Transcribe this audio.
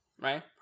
right